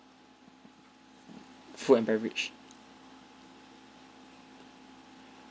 food and beverage